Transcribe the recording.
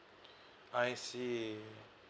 I see